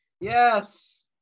Yes